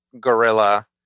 gorilla